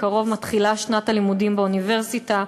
בקרוב מתחילה שנת הלימודים באוניברסיטה.